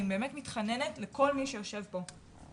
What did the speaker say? אני באמת מתחננת לכל מי שיושב כאן